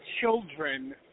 children